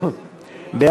בדבר תוספת תקציב לא נתקבלו.